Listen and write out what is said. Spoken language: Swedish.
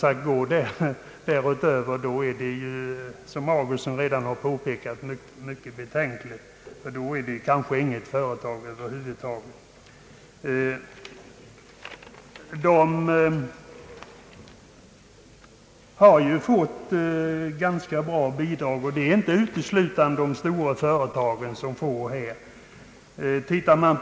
Att gå därutöver är, som herr Augustsson redan påpekat, betänkligt, eftersom det då skulle kullkasta 1967 års riksdagsbeslut om den framtida jordbrukspolitiken. Det är inte uteslutande stora företag som får ganska goda bidrag och stöd.